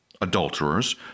Adulterers